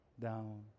down